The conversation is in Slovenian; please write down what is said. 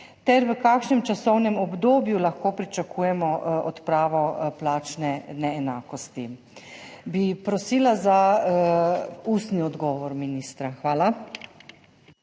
V kakšnem časovnem obdobju lahko pričakujemo odpravo plačne neenakosti? Prosila bi za ustni odgovor ministra. Hvala.